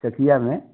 चकिया में